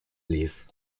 ließ